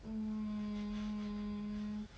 mm